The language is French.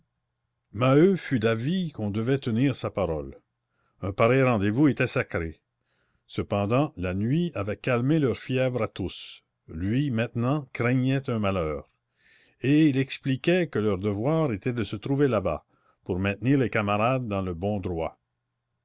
maheu fut d'avis qu'on devait tenir sa parole un pareil rendez-vous était sacré cependant la nuit avait calmé leur fièvre à tous lui maintenant craignait un malheur et il expliquait que leur devoir était de se trouver là-bas pour maintenir les camarades dans le bon droit